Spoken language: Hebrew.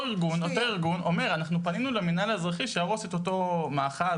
אותו ארגון אומר: אנחנו פנינו למינהל האזרחי שיהרוס את אותו מאחז,